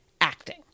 acting